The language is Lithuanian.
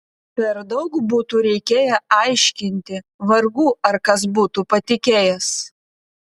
per daug būtų reikėję aiškinti vargu ar kas būtų patikėjęs